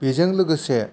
बेजों लोगोसे